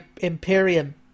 Imperium